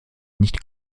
nicht